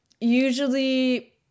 usually